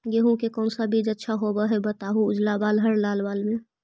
गेहूं के कौन सा अच्छा बीज होव है बताहू, उजला बाल हरलाल बाल में?